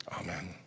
amen